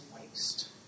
waste